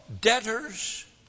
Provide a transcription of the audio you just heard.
debtors